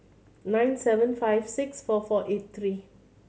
nine seven five six four four eight three